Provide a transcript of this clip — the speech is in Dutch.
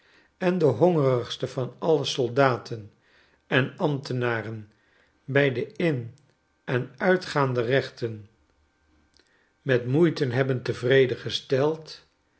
overgegaan endehongerigste van alle soldaten en ambtenaren blj de in en uitgaande rechten met moeite hadden tevreden gesteld